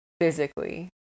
physically